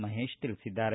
ಮಹೇಶ್ ತಿಳಿಸಿದ್ದಾರೆ